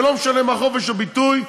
ולא משנה מה חופש הביטוי,